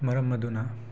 ꯃꯔꯝ ꯑꯗꯨꯅ